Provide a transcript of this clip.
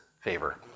favor